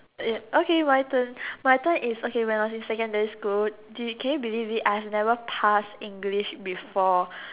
okay my turn my turn is okay when I was in secondary school do can you believe it I have never passed English before